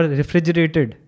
refrigerated